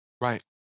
Right